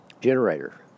generator